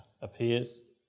appears